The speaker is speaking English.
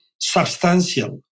substantial